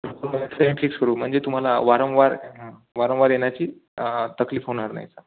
fix करू म्हणजे तुम्हाला वारंवार वारंवार येण्याची तकलीफ होणार नाही सर